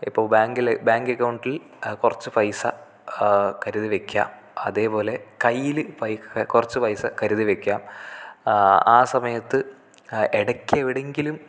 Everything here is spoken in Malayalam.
ഇപ്പോൾ ബാങ്കിൽ ബാങ്ക് അക്കൗണ്ടിൽ കുറച്ചു പൈസ കരുതി വെക്കുക അതേപോലെ കൈയ്യിൽ കുറച്ചു പൈസ കരുതി വെക്കുക ആ സമയത്ത് ഇടയ്ക്ക് എവിടെയെങ്കിലും